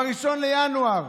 ב-1 בינואר